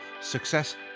Success